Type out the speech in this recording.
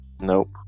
Nope